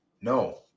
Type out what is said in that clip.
No